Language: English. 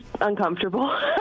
uncomfortable